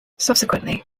subsequently